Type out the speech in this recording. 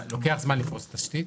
לוקח זמן לפרוס תשתית.